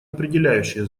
определяющее